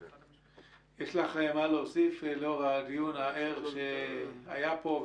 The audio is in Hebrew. יש לך מה להוסיף לאור הדיון הער שהיה פה?